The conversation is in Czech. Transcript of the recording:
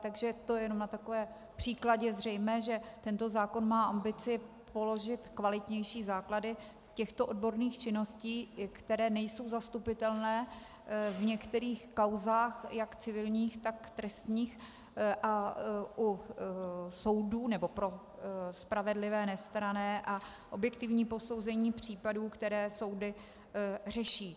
Takže to jenom na takovém příkladě je zřejmé, že tento zákon má ambici položit kvalitnější základy těchto odborných činností, které nejsou zastupitelné v některých kauzách jak civilních, tak trestních u soudů, nebo pro spravedlivé, nestranné a objektivní posouzení případů, které soudy řeší.